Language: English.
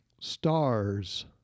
stars